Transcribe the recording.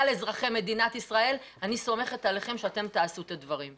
אזרחי מדינת ישראל אני סומכת עליכם שאתם תעשו את הדברים.